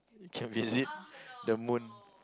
you can visit the moon